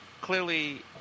clearly